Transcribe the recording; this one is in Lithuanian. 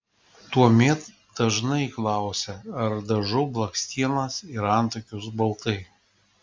tuomet dažnai klausia ar dažau blakstienas ir antakius baltai